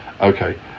okay